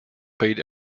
paid